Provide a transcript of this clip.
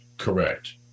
correct